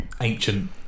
ancient